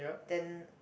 then